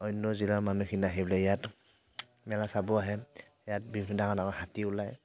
অন্য জিলাৰ মানুহখিনি আহি পেলাই ইয়াত মেলা চাব আহে ইয়াত বিভিন্ন ডাঙৰ ডাঙৰ হাতী ওলায়